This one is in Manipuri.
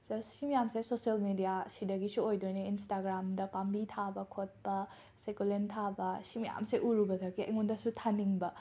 ꯁ ꯁꯤ ꯃꯌꯥꯝꯁꯦ ꯁꯣꯁꯦꯜ ꯃꯦꯗ꯭ꯌꯥꯁꯤꯗꯒꯤꯁꯨ ꯑꯣꯏꯗꯣꯏꯅꯦ ꯏꯟꯁꯇꯥꯒ꯭ꯔꯥꯝꯗ ꯄꯥꯝꯕꯤ ꯊꯥꯕ ꯈꯣꯠꯄ ꯁꯦꯀꯨꯂꯦꯟ ꯊꯥꯕ ꯁꯤ ꯃꯌꯥꯝꯁꯦ ꯎꯔꯨꯕꯗꯒꯤ ꯑꯩꯉꯣꯟꯗꯁꯨ ꯊꯥꯅꯤꯡꯕ